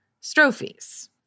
strophes